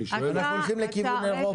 אנחנו הולכים לכיוון אירופה.